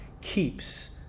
keeps